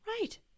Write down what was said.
Right